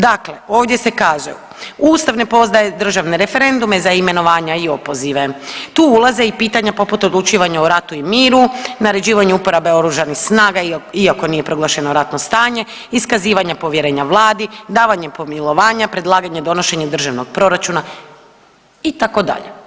Dakle ovdje se kaže ustav ne poznaje državne referendume za imenovanja i opozive, tu ulaze i pitanja poput odlučivanja o ratu i miru, naređivanju uporabe oružanih snaga iako nije proglašeno ratno stanje iskazivanja povjerenja vladi, davanjem pomilovanja, predlaganje donošenja državnog proračuna itd.